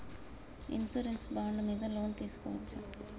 Insurance bond మీద loan తీస్కొవచ్చా?